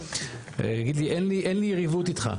יגיד לי אין לי יריבות איתך.